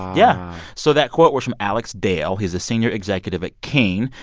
yeah. so that quote was from alex dale. he's a senior executive at king.